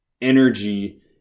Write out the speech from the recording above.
energy